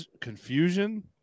confusion